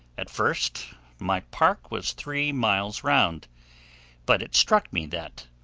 at first my park was three miles round but it struck me that,